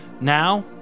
Now